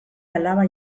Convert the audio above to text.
alaba